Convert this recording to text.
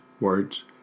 words